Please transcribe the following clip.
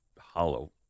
hollow